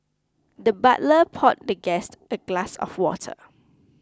the butler poured the guest a glass of water